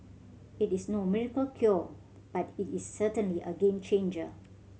it is no miracle cure but it is certainly a game changer